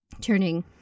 turning